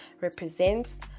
represents